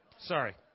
sorry